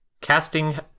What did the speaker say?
Casting